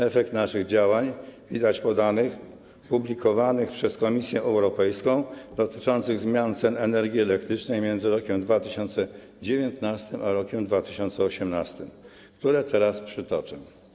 Efekt naszych działań widać po danych publikowanych przez Komisję Europejską, dotyczących zmian cen energii elektrycznej między rokiem 2019 a rokiem 2018, które teraz przytoczę.